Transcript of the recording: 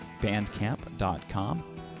bandcamp.com